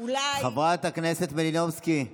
חברת הכנסת מלינובסקי.